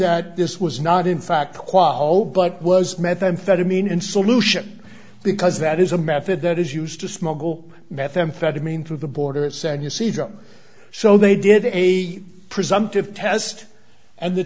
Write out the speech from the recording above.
that this was not in fact qual but was methamphetamine in solution because that is a method that is used to smuggle methamphetamine through the border it said you see them so they did a presumptive test and the